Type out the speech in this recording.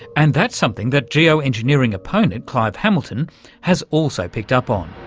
and that's something that geo-engineering opponent clive hamilton has also picked up on.